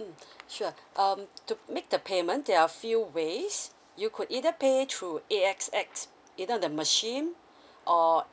mm sure um to make the payment there are few ways you could either pay through A_X_S you know the machine or